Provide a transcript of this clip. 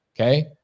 Okay